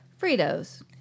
Fritos